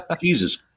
Jesus